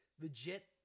legit